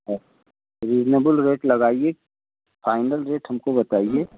अच reasonable rate लगाइए final rate हमको बताइए